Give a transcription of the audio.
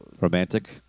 romantic